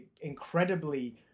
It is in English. incredibly